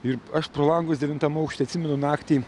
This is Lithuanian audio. ir aš pro langus devintam aukšte atsimenu naktį